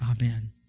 Amen